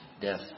death